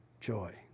joy